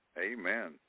Amen